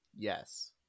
Yes